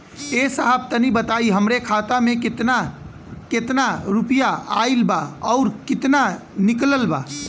ए साहब तनि बताई हमरे खाता मे कितना केतना रुपया आईल बा अउर कितना निकलल बा?